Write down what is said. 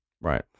Right